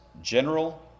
general